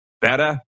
better